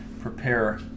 prepare